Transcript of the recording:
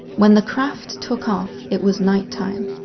when the craft took off, it was night-time.